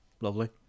Lovely